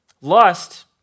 lust